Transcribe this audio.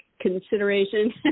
consideration